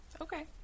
Okay